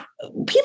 People